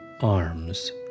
arms